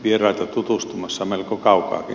vieraita kävi tutustumassa melko kaukaakin